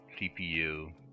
CPU